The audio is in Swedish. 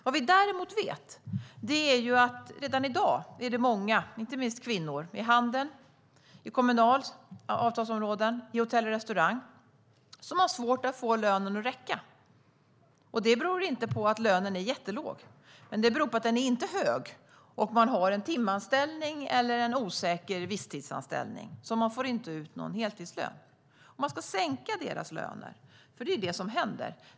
Vad vi däremot vet är att det redan i dag är många inte minst kvinnor inom Handels, Kommunals och Hotell och Restaurangs avtalsområden som har svårt att få lönen att räcka. Det beror inte på att lönen är jättelåg. Det beror på att den inte är hög och på att man har en timanställning eller en osäker visstidsanställning och därmed inte får ut någon heltidslön. Om man sänker de här människornas löner kommer det att drabba alla på deras arbetsplatser.